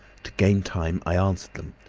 to gain time i answered them.